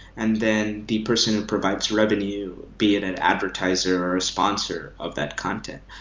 and then the person who provides revenue, be it an advertiser or a sponsor of that content?